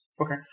Okay